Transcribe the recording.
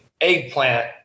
eggplant